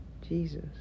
jesus